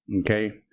Okay